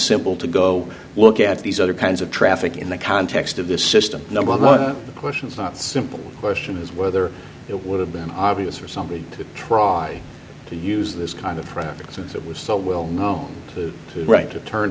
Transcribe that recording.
simple to go look at these other kinds of traffic in the context of this system number of questions not simple question is whether it would have been obvious for somebody to try to use this kind of practice and that was so we'll know the right to turn